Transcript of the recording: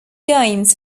games